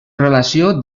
relació